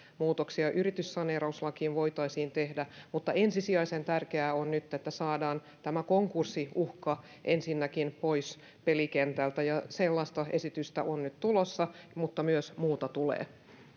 muutoksia yrityssaneerauslakiin voitaisiin tehdä mutta ensisijaisen tärkeää on nyt että saadaan ensinnäkin tämä konkurssiuhka pois pelikentältä sellaista esitystä on nyt tulossa mutta myös muuta tulee